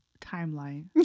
timeline